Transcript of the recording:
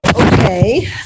okay